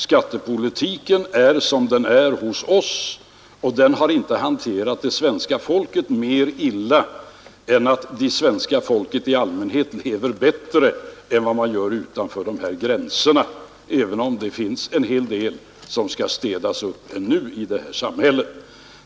Vår skattepolitik har inte hanterat svenska folket mer illa än att svenska folket i allmänhet lever bättre än vad man gör utanför våra gränser, även om det ännu finns en hel del i vårt samhälle som behöver städas upp.